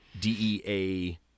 DEA